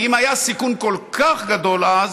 ואם היה סיכון כל כך גדול אז,